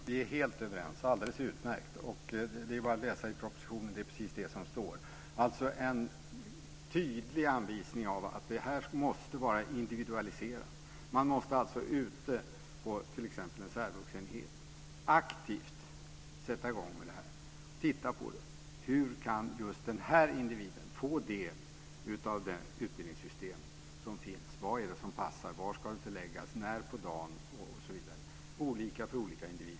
Fru talman! Vi är helt överens. Det är alldeles utmärkt. Det är bara att läsa i propositionen. Det är precis det som står - en tydlig anvisning om att detta måste vara individualiserat. Man måste ute, t.ex. på en särvuxenhet, aktivt sätta i gång med detta och titta på hur just den här individen kan få del av det utbildningssystem som finns - vad som passar, var det ska förläggas, när på dagen det ska ske osv. Det är olika för olika individer.